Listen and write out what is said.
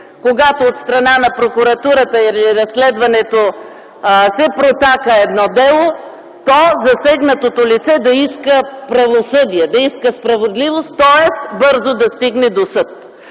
когато от страна на Прокуратурата или разследването се протака едно дело, то засегнатото лице да иска правосъдие, да иска справедливост, тоест бързо да стигне до съд.